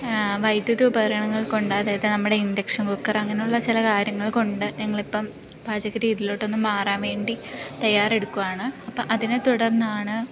വൈധ്യുതി ഉപകരണങ്ങൾ കൊണ്ട് അതായത് നമ്മുടെ ഇൻഡക്ഷൻ കുക്കറ് അങ്ങനുള്ള ചില കാര്യങ്ങൾകൊണ്ട് ഞങ്ങളിപ്പം പാചകരീതിയിലോട്ടോന്നു മാറാൻ വേണ്ടി തയ്യാറെടുക്കുവാണ് അപ്പം അതിനെത്തുടർന്നാണ്